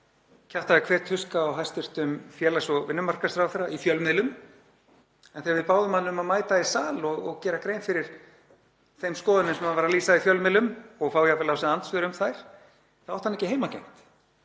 kjaftaði hver tuska á hæstv. félags- og vinnumarkaðsráðherra í fjölmiðlum. En þegar við báðum hann um að mæta í sal og gera grein fyrir þeim skoðunum sem hann var að lýsa í fjölmiðlum og fá jafnvel á sig andsvör um þær þá átti hann ekki heimangengt.